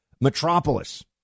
metropolis